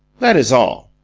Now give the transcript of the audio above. that is all.